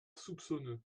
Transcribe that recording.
soupçonneux